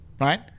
right